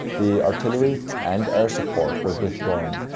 the artillery and air support was withdrawn,